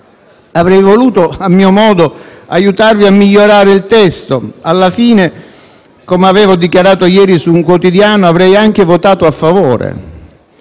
avrei voluto, a mio modo, aiutarvi a migliorare il testo. Alla fine, come ho dichiarato ieri su un quotidiano, avrei anche votato a favore,